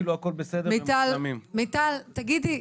מיטל, תגידי,